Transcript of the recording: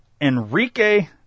Enrique